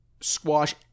squash